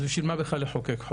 אז בשביל מה בכלל לחוקק?